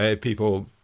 people